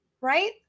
Right